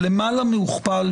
או למעלה מהוכפל,